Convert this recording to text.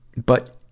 but,